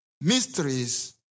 mysteries